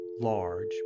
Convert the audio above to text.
large